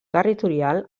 territorial